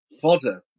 fodder